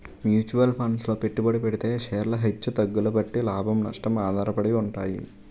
mutual funds లో పెట్టుబడి పెడితే షేర్లు హెచ్చు తగ్గుల బట్టి లాభం, నష్టం ఆధారపడి ఉంటాయి